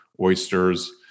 oysters